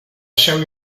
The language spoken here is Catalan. seu